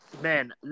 man